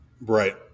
Right